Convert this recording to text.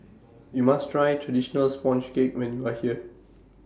YOU must Try Traditional Sponge Cake when YOU Are here